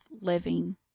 living